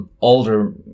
older